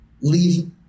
leave